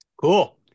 Cool